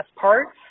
parts